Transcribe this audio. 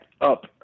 up